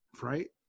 right